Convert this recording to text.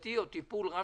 נקודתי או טיפול רב-שנתי.